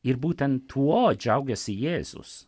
ir būtent tuo džiaugiasi jėzus